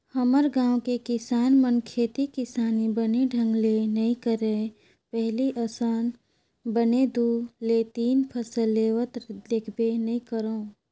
हमर गाँव के किसान मन खेती किसानी बने ढंग ले नइ करय पहिली असन बने दू ले तीन फसल लेवत देखबे नइ करव